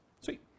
Sweet